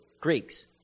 Greeks